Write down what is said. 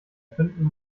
könnten